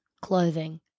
clothing